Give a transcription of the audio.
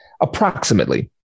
approximately